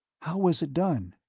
how was it done?